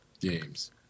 games